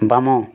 ବାମ